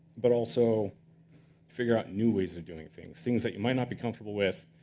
but also figure out new ways of doing things, things that you might not be comfortable with,